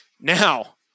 Now